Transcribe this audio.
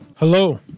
Hello